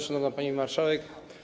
Szanowna Pani Marszałek!